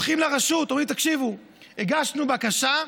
הולכים לרשות, אומרים: תקשיבו, הגשנו בקשה.